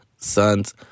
Son's